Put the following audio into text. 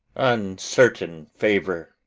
uncertain favour!